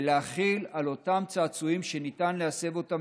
ולהחיל על אותם צעצועים שניתן להסב אותם